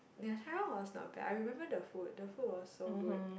Taiwan was not bad I remember the food the food was so good